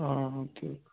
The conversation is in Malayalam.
ആ ഓക്കെ ഓക്കെ